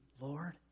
Lord